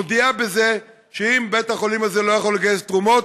מודיעה בזה שאם בית החולים הזה לא יכול לגייס תרומות,